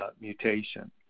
mutation